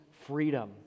freedom